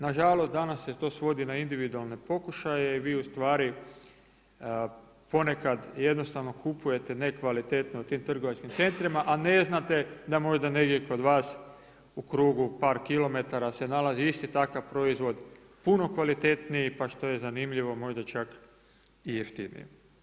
Na žalost danas se to svodi na individualne pokušaje i vi u stvari ponekad jednostavno kupujete nekvalitetno u tim trgovačkim centrima, a ne znate da možda negdje kod vas u krugu par kilometara se nalazi isti takav proizvod puno kvalitetniji, pa što je zanimljivo možda čak i jeftiniji.